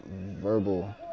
verbal